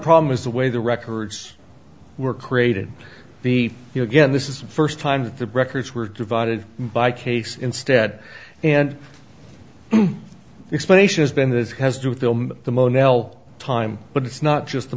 problem is the way the records were created the you know again this is the first time that the records were divided by case instead and explanation has been this has to film the mono time but it's not just the